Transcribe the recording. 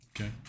Okay